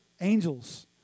angels